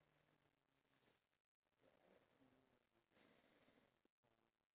ya now it's short but I haven't I I don't know if